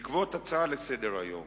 בעקבות הצעה לסדר-היום,